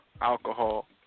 alcohol